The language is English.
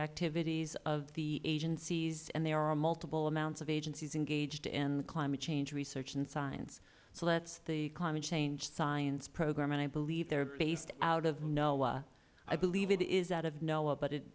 activities of the agencies and there are multiple amounts of agencies engaged in the climate change research and science so that is the climate change science program and i believe they are based out of noaa i believe it is out of noaa but it